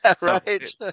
Right